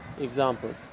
examples